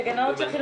זו לא הורדה.